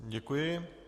Děkuji.